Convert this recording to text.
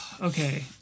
Okay